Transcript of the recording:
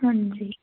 ਹਾਂਜੀ